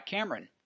Cameron